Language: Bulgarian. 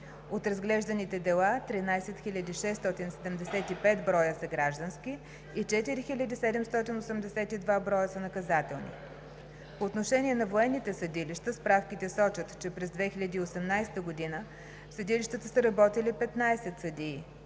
От разглежданите дела 13 675 броя са граждански и 4782 броя са наказателни. По отношение на военните съдилища справките сочат, че през 2018 г. в съдилищата са работили 15 съдии.